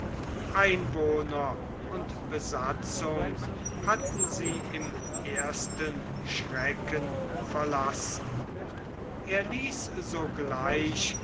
einwohner und besatzung hatten sie im ersten schrecken verlassen er ließ sogleich